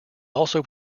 also